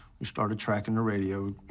we started tracking the radio,